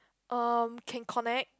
erm can connect